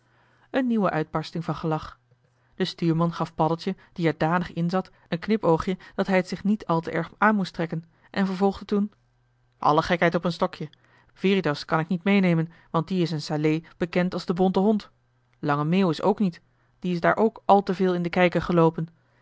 een nieuwe uitbarsting van gelach de stuurman gaf paddeltje die er danig inzat een knipoogje dat hij t zich niet al te erg aan moest trekken en vervolgde toen alle gekheid op een stokje veritas kan ik niet meenemen want die is in salé bekend als de bonte hond lange meeuwis ook niet die is daar ook al te veel in den kijker geloopen